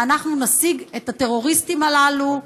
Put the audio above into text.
ואנחנו נשיג את הטרוריסטים הללו,